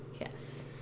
Yes